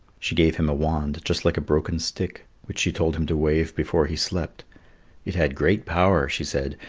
she gave him a wand just like a broken stick, which she told him to wave before he slept it had great power, she said,